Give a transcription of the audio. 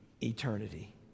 eternity